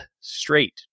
straight